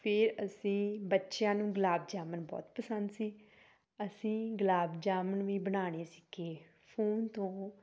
ਫਿਰ ਅਸੀਂ ਬੱਚਿਆਂ ਨੂੰ ਗੁਲਾਬ ਜਾਮਣ ਬਹੁਤ ਪਸੰਦ ਸੀ ਅਸੀਂ ਗੁਲਾਬ ਜਾਮਣ ਵੀ ਬਣਾਉਣੇ ਸਿੱਖੀ ਫੋਨ ਤੋਂ